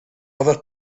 other